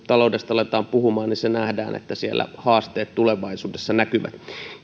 taloudesta aletaan puhumaan nähdään se että siellä haasteet tulevaisuudessa näkyvät